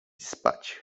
spać